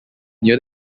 near